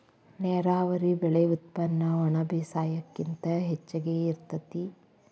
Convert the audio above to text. ನೇರಾವರಿ ಬೆಳೆ ಉತ್ಪನ್ನ ಒಣಬೇಸಾಯಕ್ಕಿಂತ ಹೆಚಗಿ ಇರತತಿ